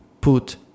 put